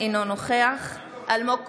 אינו נוכח אלמוג כהן,